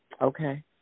Okay